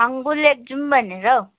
Changu lake जाऔँ भनेर हौ